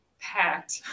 packed